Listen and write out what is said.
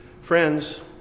friends